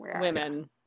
women